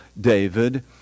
David